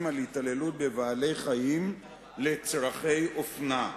על התעללות בבעלי-חיים לצורכי אופנה.